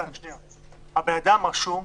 הבן אדם רשום,